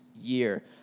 year